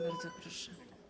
Bardzo proszę.